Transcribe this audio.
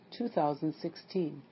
2016